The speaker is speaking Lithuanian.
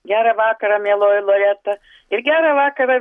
gerą vakarą mieloji loreta ir gerą vakarą